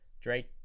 Drake